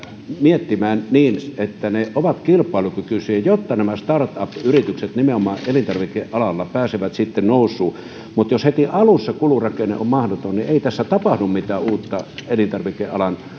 miettimään niin että ne ovat kilpailukykyisiä jotta nämä startup yritykset nimenomaan elintarvikealalla pääsevät sitten nousuun jos heti alussa kulurakenne on mahdoton niin ei tässä tapahdu mitään uutta elintarvikealan